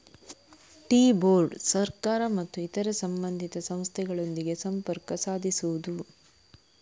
tea board ಸರ್ಕಾರ ಮತ್ತು ಇತರ ಸಂಬಂಧಿತ ಸಂಸ್ಥೆಗಳೊಂದಿಗೆ ಸಂಪರ್ಕ ಸಾಧಿಸುವುದು